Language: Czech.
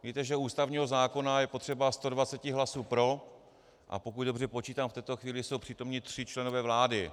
Víte, že u ústavního zákona je potřeba 120 hlasů pro, a pokud dobře počítám, v této chvíli jsou přítomni tři členové vlády.